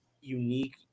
unique